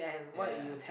yea